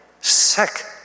sick